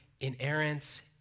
inerrant